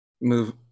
move